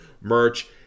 merch